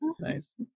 Nice